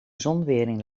zonwering